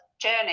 journey